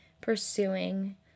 pursuing